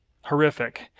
horrific